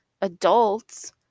adults